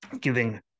giving